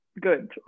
good